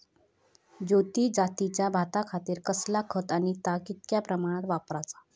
ज्योती जातीच्या भाताखातीर कसला खत आणि ता कितक्या प्रमाणात वापराचा?